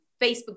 Facebook